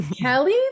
Kelly